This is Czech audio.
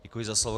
Děkuji za slovo.